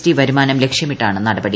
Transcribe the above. T വരുമാനം ലക്ഷ്യമിട്ടാണ് നടപടി